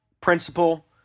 principal